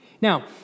Now